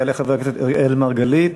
יעלה חבר הכנסת אראל מרגלית,